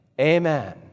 amen